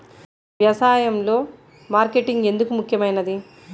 వ్యసాయంలో మార్కెటింగ్ ఎందుకు ముఖ్యమైనది?